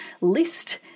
list